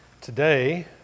Today